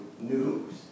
news